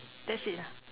that's it ah